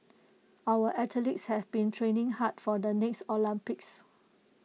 our athletes have been training hard for the next Olympics